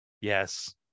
Yes